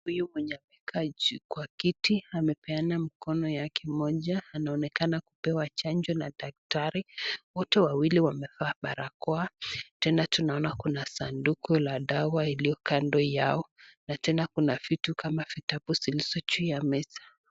Huyu mwenye amekaa juu kwa kiti amepeana mkono wake mmoja anaonekana kupewa chanjo na daktari. Wote wawili wamevaa barakao tena tunaona kuna sanduku la dawa iliyo kando yao na tena kuna vitu kama vitabu zilizo juu ya meza.